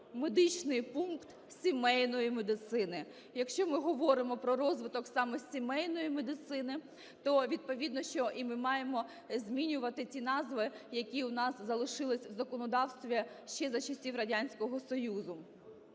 медичний пункт сімейної медицини. Якщо ми говоримо про розвиток саме сімейної медицини, то відповідно що і ми маємо змінювати ті назви, які у нас залишилися в законодавстві ще за часів Радянського Союзу.